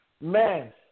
Man